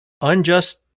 unjust